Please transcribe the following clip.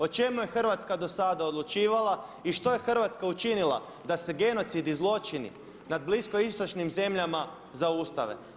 O čemu je Hrvatska dosada odlučivala i što je Hrvatska učinila da se genocid i zločini nad bliskoistočnim zemljama zaustave?